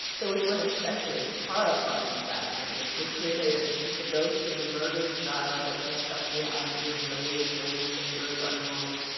there was one especially horrifying phantom which we created the ghost of the murdered child that crept up behind you and laid cold fingers on yours.